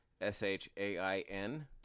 S-H-A-I-N